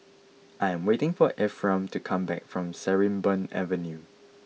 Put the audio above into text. I am waiting for Ephraim to come back from Sarimbun Avenue